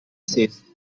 says